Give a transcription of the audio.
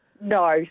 No